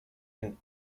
and